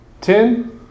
Ten